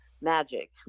magic